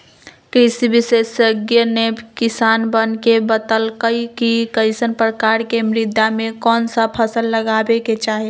कृषि विशेषज्ञ ने किसानवन के बतल कई कि कईसन प्रकार के मृदा में कौन सा फसल लगावे के चाहि